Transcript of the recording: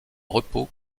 repos